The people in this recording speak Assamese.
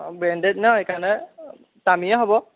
অঁ ব্ৰেণ্ডেড ন সেইকাৰণে দামীয়ে হ'ব